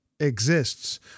Exists